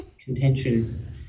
contention